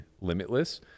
limitless